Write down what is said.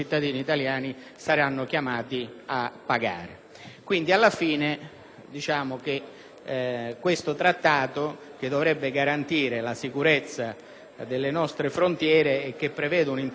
del presente Trattato, che dovrebbe garantire la sicurezza delle nostre frontiere e che prevede un impegno finanziario per il nostro Paese di 5 miliardi di dollari